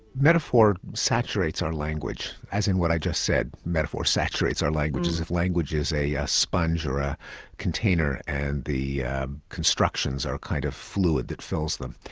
metaphor saturates our language, as in what i just said, metaphor saturates our language, as if language is a a sponge or a container and the constructions are a kind of fluid that fills them.